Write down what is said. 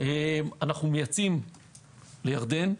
אנו מייצאים לירדן.